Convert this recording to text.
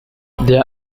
there